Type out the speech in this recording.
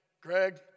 Greg